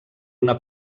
una